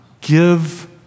give